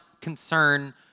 concern